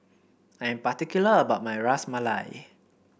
I'm particular about my Ras Malai